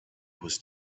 was